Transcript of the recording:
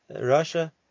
Russia